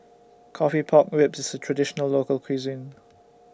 Coffee Pork Ribs IS A Traditional Local Cuisine